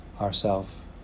ourself